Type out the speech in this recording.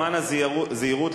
למען הזהירות,